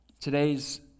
today's